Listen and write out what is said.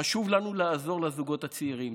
חשוב לנו לעזור לזוגות הצעירים,